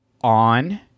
On